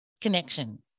connection